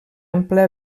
ampla